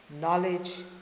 knowledge